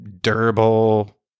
durable